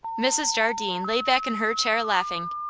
mrs. jardine lay back in her chair laughing.